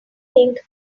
think